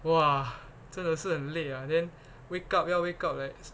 !wah! 真的是很累啊 then wake up 要 wake up at